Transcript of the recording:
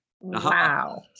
Wow